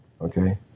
okay